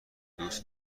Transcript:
دوست